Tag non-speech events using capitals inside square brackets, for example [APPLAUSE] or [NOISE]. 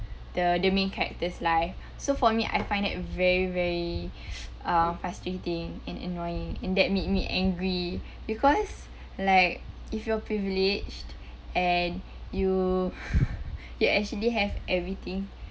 the the main character's life so for me I find it very very uh frustrating and annoying and that made me angry because like if you are privileged and you [LAUGHS] you actually have everything